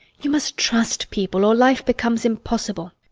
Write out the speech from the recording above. you must trust people, or life becomes impossible.